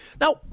Now